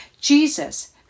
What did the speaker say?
Jesus